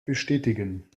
bestätigen